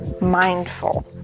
mindful